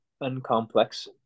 uncomplex